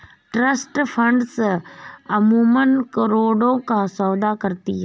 trust funds अमूमन करोड़ों का सौदा करती हैं